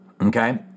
okay